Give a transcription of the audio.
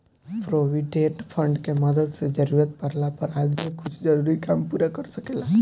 provident fund के मदद से जरूरत पाड़ला पर आदमी कुछ जरूरी काम पूरा कर सकेला